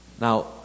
Now